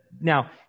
now